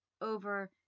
over